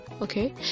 okay